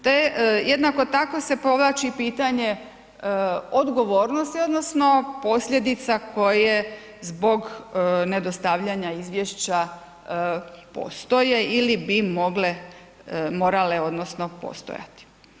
Te jednako tako se povlači pitanje odgovornosti odnosno posljedica koje zbog nedostavljanja izvješća postoje ili bi morale odnosno postojati.